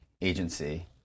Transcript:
agency